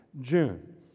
June